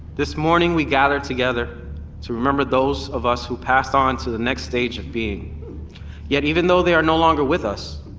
this morning we gather together to remember those of us who passed on to the next stage of being yet even though they are no longer with us,